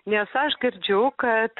nes aš girdžiu kad